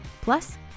Plus